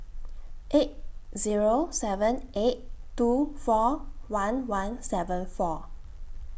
eight Zero seven eight two four one one seven four